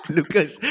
Lucas